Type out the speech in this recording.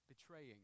Betraying